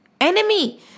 enemy